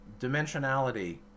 dimensionality